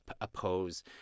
oppose